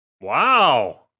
Wow